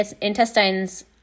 intestines